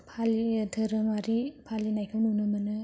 फालियो धोरोमारि फालिनायखौ नुनो मोनो